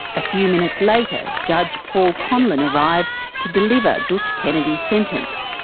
a few minutes later, judge paul conlon arrived to deliver dootch kennedy's sentence.